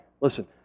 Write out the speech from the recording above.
Listen